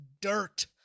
dirt